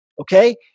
Okay